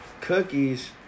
cookies